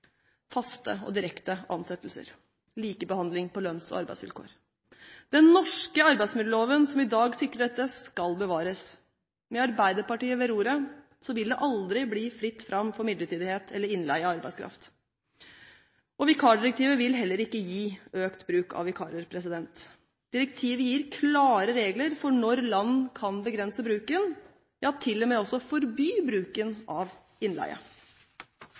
faste og direkte ansettelser og likebehandling på lønns- og arbeidsvilkår. Den norske arbeidsmiljøloven, som i dag sikrer dette, skal bevares. Med Arbeiderpartiet ved roret vil det aldri bli fritt fram for midlertidighet eller innleie av arbeidskraft. Vikardirektivet vil heller ikke gi økt bruk av vikarer. Direktivet gir klare regler for når land kan begrense bruken, ja, til og med også forby bruken av innleie.